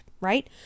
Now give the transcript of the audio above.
right